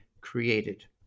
created